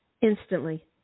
instantly